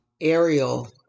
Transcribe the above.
Ariel